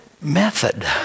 method